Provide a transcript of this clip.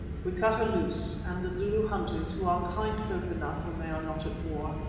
we cut her loose, and the zulu hunters, who are kind folk enough when they are not at war,